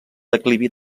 declivi